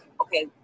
okay